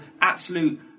absolute